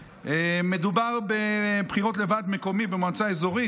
מדבר על בחירות לוועד מקומי במועצה אזורית.